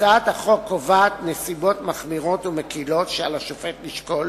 הצעת החוק קובעת נסיבות מחמירות ומקילות שעל השופט לשקול